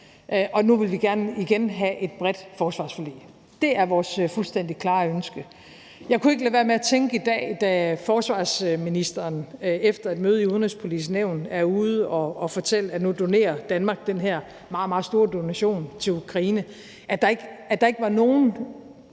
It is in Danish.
og nu vil vi gerne igen have et bredt forsvarsforlig. Det er vores fuldstændig klare ønske. Jeg kunne ikke lade være med at tænke i dag, da forsvarsministeren efter et møde i Udenrigspolitisk Nævn var ude at fortælle, at nu kommer Danmark med den her meget, meget store donation til Ukraine, om der ikke var nogen,